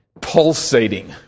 pulsating